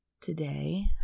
today